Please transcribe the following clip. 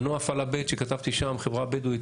מנוע הפעלה ב' כתבתי שם החברה הבדואית,